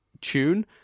tune